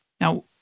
Now